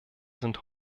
sind